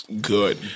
good